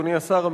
אדוני השר,